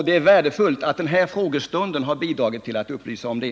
Det är värdefullt att den här frågestunden bidragit till att upplysa om det.